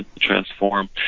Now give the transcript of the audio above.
transform